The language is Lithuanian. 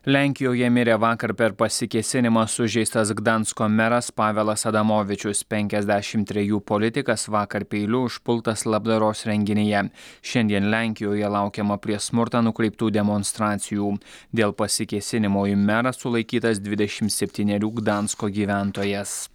lenkijoje mirė vakar per pasikėsinimą sužeistas gdansko meras pavelas adamovičius penkiasdešim trejų politikas vakar peiliu užpultas labdaros renginyje šiandien lenkijoje laukiama prieš smurtą nukreiptų demonstracijų dėl pasikėsinimo į merą sulaikytas dvidešimt septynerių gdansko gyventojas